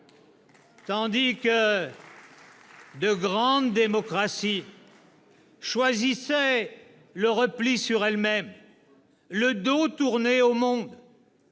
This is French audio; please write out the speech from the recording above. Tandis que de grandes démocraties choisissaient le repli sur elles-mêmes, le dos tourné au monde,